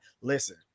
listen